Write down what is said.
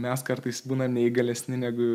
mes kartais būna neįgalesni negu